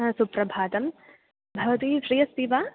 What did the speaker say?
हा सुप्रभातं भवती फ़्री अस्ति वा